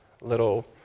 little